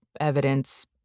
evidence